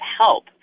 help